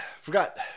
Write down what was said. Forgot